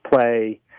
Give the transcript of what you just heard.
play